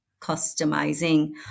customizing